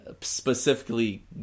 specifically